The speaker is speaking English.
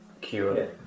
cure